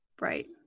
Right